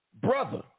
Brother